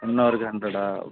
one நவருக்கு ஹண்ட்ரேடா